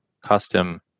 custom